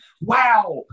Wow